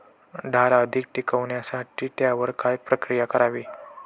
डाळ अधिक टिकवण्यासाठी त्यावर काय प्रक्रिया करावी?